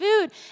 food